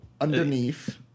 Underneath